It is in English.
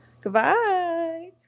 Goodbye